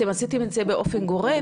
אתם עשיתם את זה באופן גורף?